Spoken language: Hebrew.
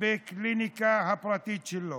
בקליניקה הפרטית שלו.